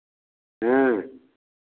हाँ